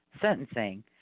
sentencing